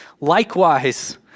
Likewise